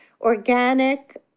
organic